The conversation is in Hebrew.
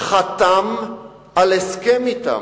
חתם על הסכם אתם,